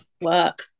work